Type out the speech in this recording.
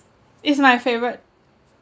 it's my favourite